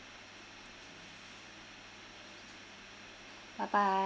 bye bye